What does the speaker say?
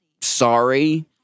sorry